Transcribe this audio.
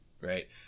right